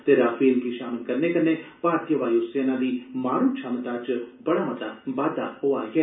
ते राफेल गी शामल करने कन्नै भारतीय वायुसेना दी मारू छमता च मता बाद्दा होआ ऐ